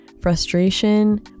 frustration